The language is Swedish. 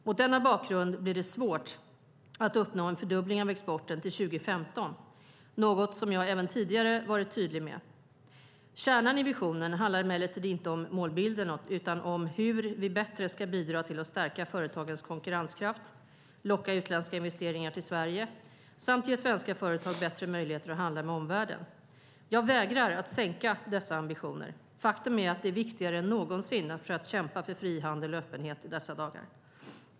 Mot denna bakgrund blir det svårt att uppnå en fördubbling av exporten till 2015, något som jag även tidigare varit tydlig med. Kärnan i visionen handlar emellertid inte om målbilden utan om hur vi bättre ska bidra till att stärka företagens konkurrenskraft, locka utländska investeringar till Sverige samt ge svenska företag bättre möjligheter att handla med omvärlden. Jag vägrar att sänka dessa ambitioner. Faktum är att det är viktigare än någonsin att kämpa för frihandel och öppenhet i dessa dagar.